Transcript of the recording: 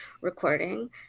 recording